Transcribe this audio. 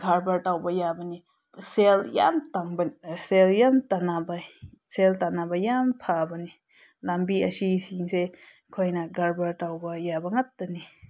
ꯀꯔꯕꯥꯔ ꯇꯧꯕ ꯌꯥꯕꯅꯤ ꯁꯦꯜ ꯌꯥꯝ ꯇꯥꯟꯅꯕꯩ ꯁꯦꯜ ꯇꯥꯟꯅꯕ ꯌꯥꯝ ꯐꯕꯅꯦ ꯂꯝꯕꯤ ꯑꯁꯤꯁꯤꯡꯁꯦ ꯑꯩꯈꯣꯏꯅ ꯀꯔꯕꯥꯔ ꯇꯧꯕ ꯌꯥꯕ ꯉꯥꯛꯇꯅꯤ